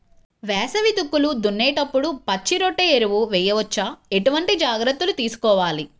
వేసవి దుక్కులు దున్నేప్పుడు పచ్చిరొట్ట ఎరువు వేయవచ్చా? ఎటువంటి జాగ్రత్తలు తీసుకోవాలి?